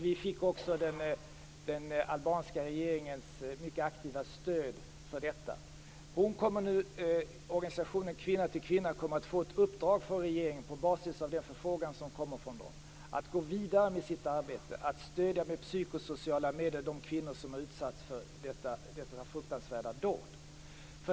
Vi fick också den albanska regeringens mycket aktiva stöd för detta. Organisationen Kvinna till Kvinna kommer på basis av den förfrågan som kommer från dem att få ett uppdrag från regeringen att gå vidare med sitt arbete, att med psykosociala medel stödja de kvinnor som utsatts för dessa fruktansvärda dåd.